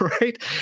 right